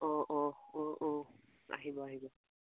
অঁ অঁ অঁ অঁ আহিব আহিব